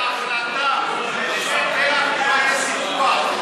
שלא יהיה סיפוח.